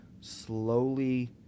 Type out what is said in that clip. slowly